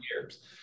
years